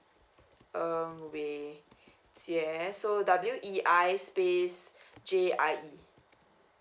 ng wei jie so W E I space J I E